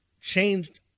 changed